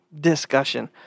discussion